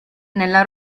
nella